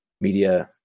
media